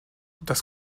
das